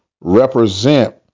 represent